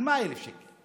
על מה 1,000 שקל?